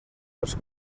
els